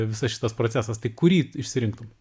visas šitas procesas tai kurį išsirinktum